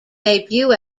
debut